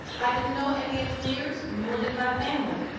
i didn't know any engineers, nor did my family.